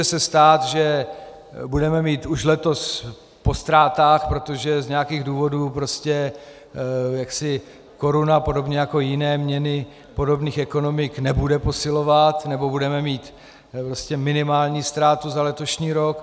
Může se stát, že budeme mít už letos po ztrátách, protože z nějakých důvodů prostě jaksi koruna, podobně jako jiné měny podobných ekonomik, nebude posilovat, nebo budeme mít minimální ztrátu za letošní rok.